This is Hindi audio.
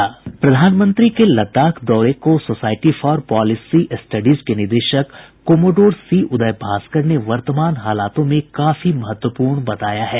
प्रधानमंत्री के लद्दाख दौरे को सोसायटी फॉर पॉलिसी स्टडीज के निदेशक कोमोडोर सी उदय भास्कर ने वर्तमान हालातों में काफी महत्वपूर्ण बताया है